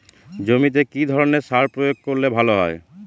জমিতে কি ধরনের সার প্রয়োগ করলে ভালো হয়?